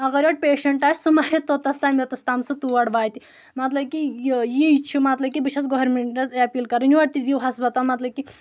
اگر یورٕ پیشنٹ آسہِ سُہ مَرِ تۆتَس تام یۆتَس تام سُہ تور واتہِ مطلب کہِ یی چھُ مطلب کہِ بہٕ چھس گورمِنٹَس أپیٖل کَران یورٕ تہِ دِیِو ہَسپتال مطلب کہِ